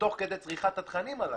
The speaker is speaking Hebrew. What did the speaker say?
תוך כדי צריכת התכנים הללו.